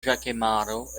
ĵakemaro